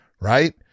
right